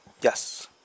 Yes